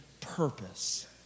purpose